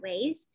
ways